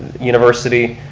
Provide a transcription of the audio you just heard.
university,